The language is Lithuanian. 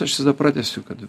aš visada pratęsiu kad